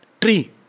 tree